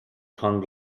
hung